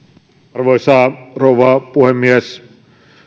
arvoisa rouva puhemies